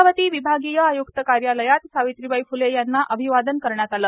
अमरावती विभागीय आय्क्त कार्यालयात सावित्रीबाई फ्ले यांना अभिवादन करण्यात आले